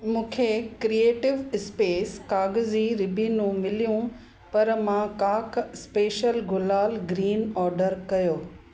मूंखे creative space काग़ज़ी रिबीनूं मिलियूं पर मां काक स्पेशल गुलाल ग्रीन ऑर्डर कयो